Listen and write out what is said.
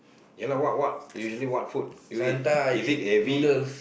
ya lah what what usually what food do you eat is it heavy